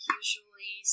usually